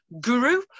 guru